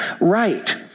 right